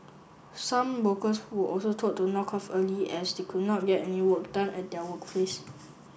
some workers were also told to knock off early as they could not get any work done at their workplace